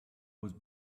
was